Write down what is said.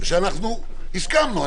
על זה הסכמנו.